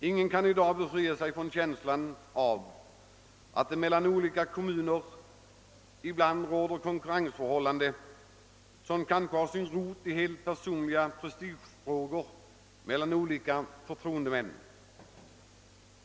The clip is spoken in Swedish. Ingen kan i dag befria sig från känslan att det mellan en del kommuner råder konkurrensförhållanden, som kan ha sin rot i helt personliga prestigemotsättningar bland förtroendemännen.